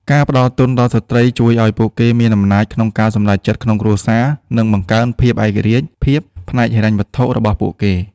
ការផ្ដល់ទុនដល់ស្ត្រីជួយឱ្យពួកគេមានអំណាចក្នុងការសម្រេចចិត្តក្នុងគ្រួសារ និងបង្កើនឯករាជ្យភាពផ្នែកហិរញ្ញវត្ថុរបស់ពួកគេ។